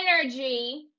energy